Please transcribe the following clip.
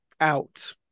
out